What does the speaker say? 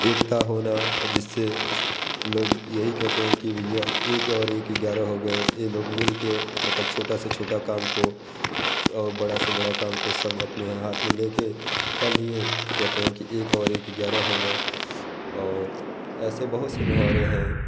एकता होना जिससे लोग यही कहते हैं कि भैया एक और एक ग्यारह हो गए यह लोग मिल कर मतलब छोटा से छोटा काम को बड़ा से बड़ा काम को सब अपने हाथ में लेकर कर लिए कहते हैं कि एक और एक ग्यारह होना और ऐसे बहुत से मुहावरे हैं